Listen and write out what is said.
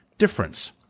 difference